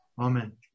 Amen